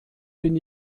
bin